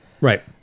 right